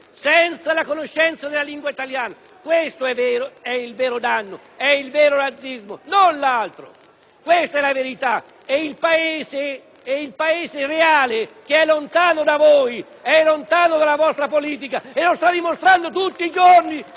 Questo è il vero danno, il vero razzismo, non l'altro. Questa è la verità, ed il Paese reale è lontano da voi e dalla vostra politica e lo sta dimostrando tutti i giorni. Oggi voi ancora non ve ne rendete conto,